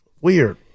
Weird